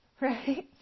Right